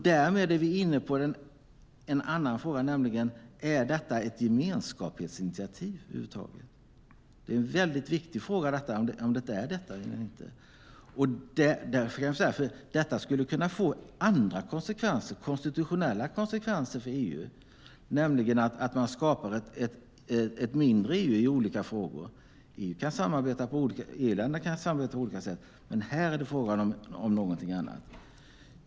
Därmed är vi inne på en annan fråga: Är detta ett gemenskapsinitiativ över huvud taget? Det är en viktig fråga. Detta skulle kunna få andra konsekvenser, konstitutionella konsekvenser, för EU. Det kan vara att man skapar ett mindre EU i olika frågor. EU-länderna kan samarbeta på olika sätt. Men här är det fråga om någonting annat.